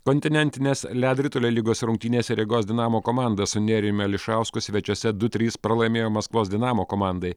kontinentinės ledo ritulio lygos rungtynėse rygos dinamo komanda su nerijumi ališausku svečiuose du trys pralaimėjo maskvos dinamo komandai